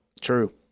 True